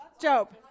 Job